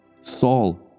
Saul